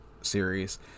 series